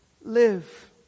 live